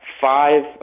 five